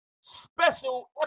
special